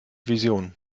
visionen